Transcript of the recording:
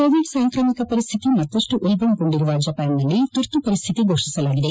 Covid ಸಾಂಕ್ರಾಮಿಕ ಪರಿಸ್ಥಿತಿ ಮತ್ತಷ್ಟು ಉಲ್ಲಣಗೊಂಡಿರುವ ಜಪಾನ್ನಲ್ಲಿ ತುರ್ತು ಪರಿಸ್ಥಿತಿ ಘೋಷಿಸಲಾಗಿದೆ